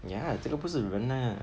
ya 这个不是人 lah